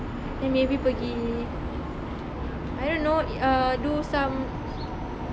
then maybe pergi I don't know eh ah do some